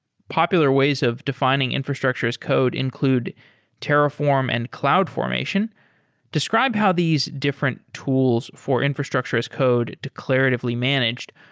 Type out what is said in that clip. popular ways of defining infrastructure as code include terraform and cloudformation. describe how these different tools for infrastructure as code declaratively managed?